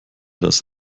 das